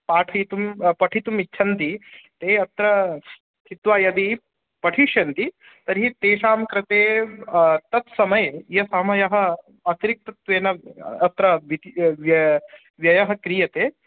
पाठितुं पठितुम् इच्छन्ति ते अत्र स्थित्वा यदि पठिष्यन्ति तर्हि तेषां कृते तत्समये यः समयः अतिरिक्तत्वेन अत्र व्यति व्य व्ययः क्रियते